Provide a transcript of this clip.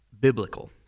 biblical